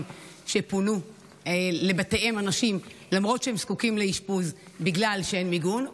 שאנשים פונו לבתיהם למרות שהם זקוקים לאשפוז בגלל שאין מיגון,